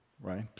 right